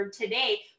today